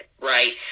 right